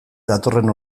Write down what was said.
datorren